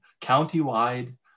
countywide